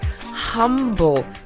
humble